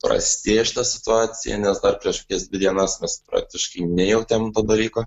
prastėja šita situacija nes dar prieš kokias dvi dienas mes praktiškai nejautėm to dalyko